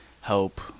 help